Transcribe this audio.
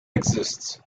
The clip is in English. exists